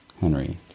Henry